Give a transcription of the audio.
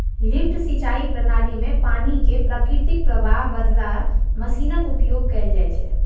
lift सिंचाइ प्रणाली मे पानि कें प्राकृतिक प्रवाहक बदला मशीनक उपयोग कैल जाइ छै